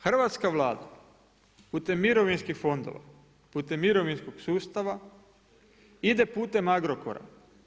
Hrvatska Vlada putem mirovinskih fondova, putem mirovinskog sustava ide putem Agrokora.